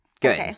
Good